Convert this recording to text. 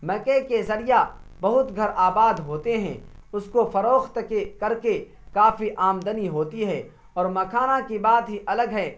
مکئی کے ذریعہ بہت گھر آباد ہوتے ہیں اس کو فروخت کے کر کے کافی آمدنی ہوتی ہے اور مکھانا کہ بات ہی الگ ہے